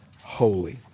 holy